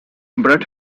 bret